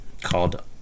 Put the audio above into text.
called